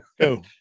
Go